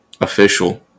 official